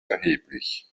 erheblich